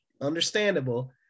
understandable